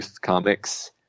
comics